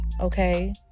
okay